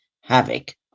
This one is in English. havoc